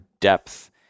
depth